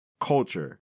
culture